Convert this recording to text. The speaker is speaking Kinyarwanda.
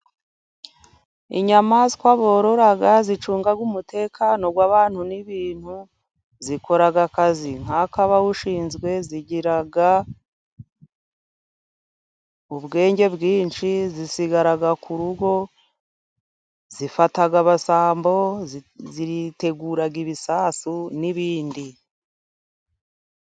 Inyamaswa borora zicunga umutekano w'abantu n'ibintu, zikora akazi nk'akabawushinzwe zigira ubwenge bwinshi, zisigara ku rugo zifata abasambo zitegura ibisasu n'ibindi.